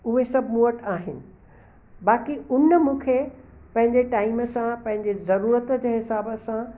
उहे सभु मूं वटि आहिनि बाक़ी उन मूंखे पंहिंजे टाइम सां पंहिंजे ज़रूरत जे हिसाब सां